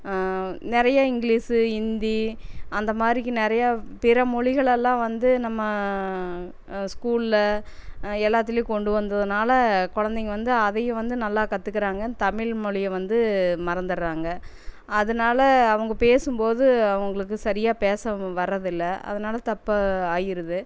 நிறைய இங்கிலீஷு ஹிந்தி அந்த மாதிரிக்கி நிறையா பிற மொழிகளெல்லாம் வந்து நம்ம ஸ்கூல்ல எல்லாத்திலேயும் கொண்டு வந்ததனால குழந்தைங்க வந்து அதையும் வந்து நல்லா கத்துக்கிறாங்க தமிழ்மொழியை வந்து மறந்துடுறாங்க அதனால அவங்க பேசும்போது அவங்களுக்கு சரியா பேச வர்றதில்லை அதனால தப்பாக ஆயிடுது